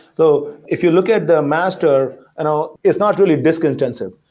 so if you look at the master, you know it's not really this contensive.